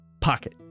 pocket